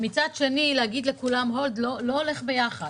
ובאותה נשימה להגיד "עוד לא", לא הולך ביחד.